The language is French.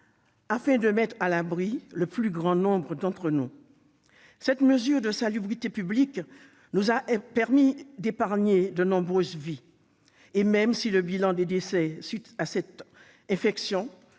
afin de mettre à l'abri le plus grand nombre d'entre nous. Ces mesures de salubrité publique nous ont permis d'épargner de nombreuses vies, et, même si le bilan des décès suite à l'infection